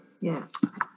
Yes